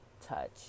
touch